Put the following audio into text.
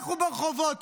לכו ברחובות,